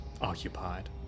occupied